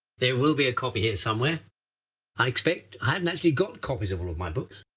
there will be a copy here somewhere i expect. i hadn't actually got copies of all of my books.